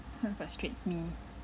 what frustrates me